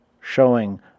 showing